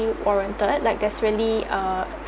oriented like there's really uh